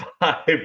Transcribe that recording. five